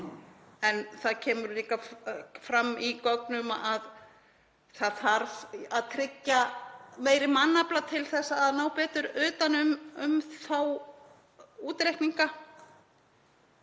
en það kemur líka fram í gögnum að það þarf að tryggja meiri mannafla til að ná betur utan um þá útreikninga.